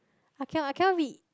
I cannot I cannot read